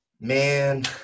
man